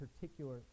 particular